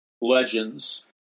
legends